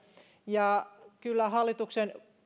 ja kyllä hallituksen